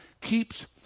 keeps